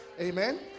Amen